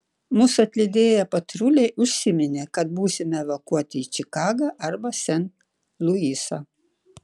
mus atlydėję patruliai užsiminė kad būsime evakuoti į čikagą arba sent luisą